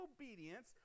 obedience